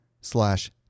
slash